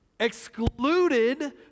excluded